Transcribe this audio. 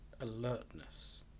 alertness